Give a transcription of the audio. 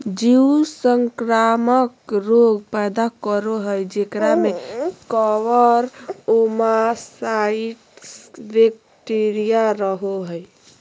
जीव संक्रामक रोग पैदा करो हइ जेकरा में कवक, ओमाइसीट्स, बैक्टीरिया रहो हइ